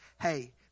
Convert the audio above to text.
Hey